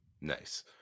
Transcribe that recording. Nice